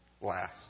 last